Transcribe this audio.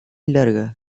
larga